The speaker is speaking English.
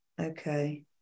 Okay